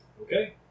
Okay